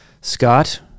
Scott